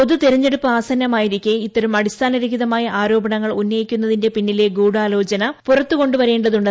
പൊതു തെരഞ്ഞെടുപ്പ് ആസന്നമായിരിക്കെ ഇത്തരം അടിസ്ഥാനരഹ്ഗറിതമായ ആരോപണങ്ങൾ ഉന്നയിക്കുന്നതിന്റെ പ്പിസ്ട്രിലെ ഗുഢാലോചന പുറത്തു കൊണ്ടുവരേണ്ടതുണ്ട്